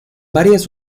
varias